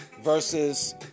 versus